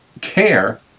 care